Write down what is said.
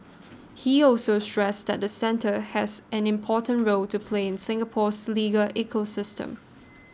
he also stressed that the centre has an important role to play in Singapore's legal ecosystem